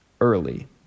early